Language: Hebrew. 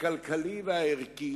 הכלכלי והערכי